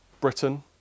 Britain